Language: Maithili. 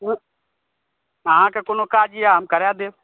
अहाँके कोनो काज यऽ हम करा देब